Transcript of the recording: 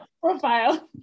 profile